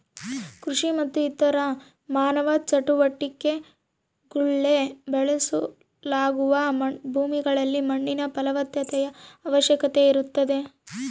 ಕೃಷಿ ಮತ್ತು ಇತರ ಮಾನವ ಚಟುವಟಿಕೆಗುಳ್ಗೆ ಬಳಸಲಾಗುವ ಭೂಮಿಗಳಲ್ಲಿ ಮಣ್ಣಿನ ಫಲವತ್ತತೆಯ ಅವಶ್ಯಕತೆ ಇರುತ್ತದೆ